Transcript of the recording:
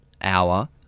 hour